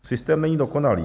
Systém není dokonalý.